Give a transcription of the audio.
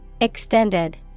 Extended